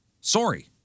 Sorry